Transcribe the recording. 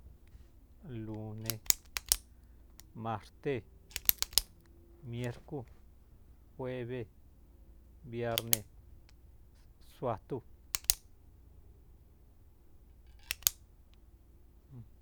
Lune martee miercú juebe bierne suatú.